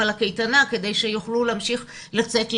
על הקייטנה כדי שיוכלו להמשיך לצאת לעבוד.